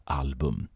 album